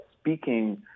speaking